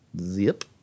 Zip